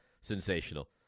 sensational